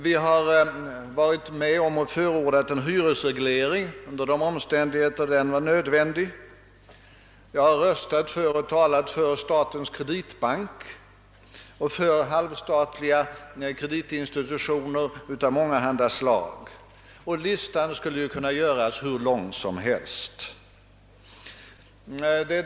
Vi har också varit med om att förorda en hyresreglering under de omständigheter då den är nödvändig. Jag har röstat och talat för statens kreditbank och halvstatliga kreditinstitutioner av mångahanda slag. Listan skulle kunna göras hur lång som helst.